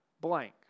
blank